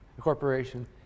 corporation